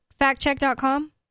factcheck.com